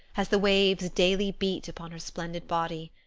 as the waves daily beat upon her splendid body.